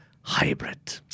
Hybrid